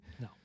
No